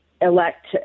elect